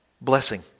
blessing